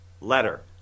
letter